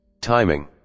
Timing